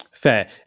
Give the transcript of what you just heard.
Fair